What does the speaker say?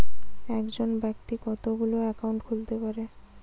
একজন ব্যাক্তি কতগুলো অ্যাকাউন্ট খুলতে পারে?